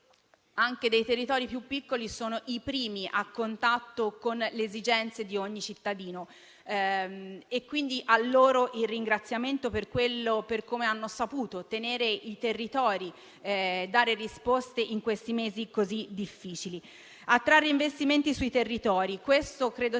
anche dei territori più piccoli, sono i primi a contatto con le esigenze di ogni cittadino. A loro, dunque, va il ringraziamento per come hanno saputo tenere i territori e dare risposte, in mesi così difficili. Attrarre investimenti sui territori è stato